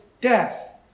Death